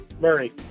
Murray